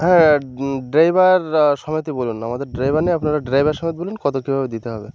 হ্যাঁ ড্রাইভার সমেতই বলুন আমাদের ড্রাইভার নেই আপনারা ড্রাইভার সমেত বলুন কত কীভাবে দিতে হবে